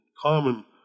common